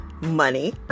Money